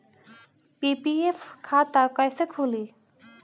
PPF खाता कैसे खुली?